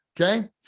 Okay